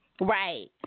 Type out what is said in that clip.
Right